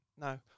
No